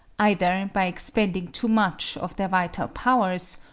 either by expending too much of their vital powers,